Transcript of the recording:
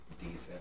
decent